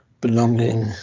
belonging